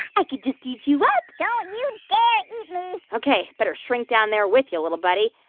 i could just eat you up don't you dare eat me ok. better shrink down there with you, little buddy.